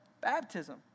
baptism